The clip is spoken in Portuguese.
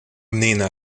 menina